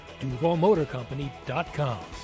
DuvalMotorCompany.com